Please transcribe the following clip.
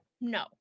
no